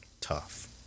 tough